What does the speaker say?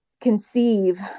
conceive